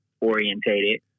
orientated